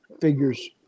figures